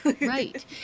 right